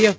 F